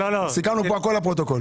בבקשה.